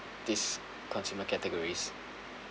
this consumer categories